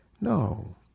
No